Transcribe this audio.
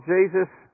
Jesus